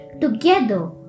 together